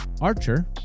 Archer